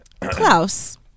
Klaus